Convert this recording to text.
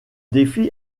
défi